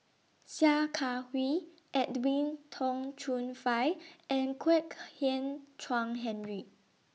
Sia Kah Hui Edwin Tong Chun Fai and Kwek Hian Chuan Henry